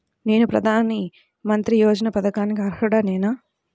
నేను ప్రధాని మంత్రి యోజన పథకానికి అర్హుడ నేన?